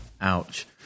ouch